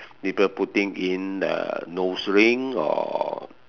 people putting in the nose ring or